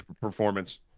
performance